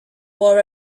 wore